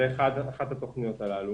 זו אחת מהתוכניות הללו